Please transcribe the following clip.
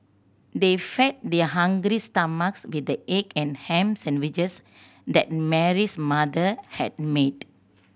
they fed their hungry stomachs with the egg and ham sandwiches that Mary's mother had made